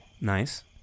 Nice